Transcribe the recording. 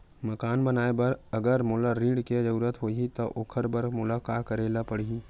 मकान बनाये बर अगर मोला ऋण के जरूरत होही त ओखर बर मोला का करे ल पड़हि?